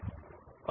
okay पर click करें